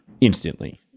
instantly